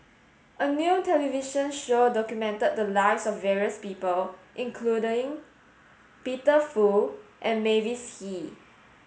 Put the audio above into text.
a new television show documented the lives of various people including Peter Fu and Mavis Hee